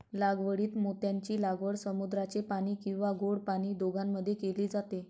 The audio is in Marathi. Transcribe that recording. लागवडीत मोत्यांची लागवड समुद्राचे पाणी किंवा गोड पाणी दोघांमध्ये केली जाते